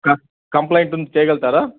క కంప్లయింటు ఉంది చేయగల్గుతారా